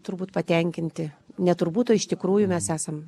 turbūt patenkinti ne turbūt o iš tikrųjų mes esam